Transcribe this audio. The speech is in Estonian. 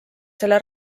selle